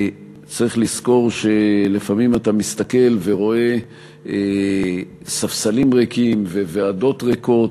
צריך לזכור שלפעמים אתה מסתכל ורואה ספסלים ריקים וועדות ריקות,